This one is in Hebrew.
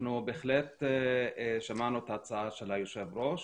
אנחנו בהחלט שמענו את ההצעה של היושב ראש,